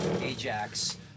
Ajax